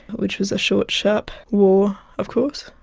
which was a short sharp war of course,